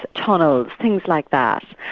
tunnels, things like that.